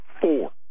four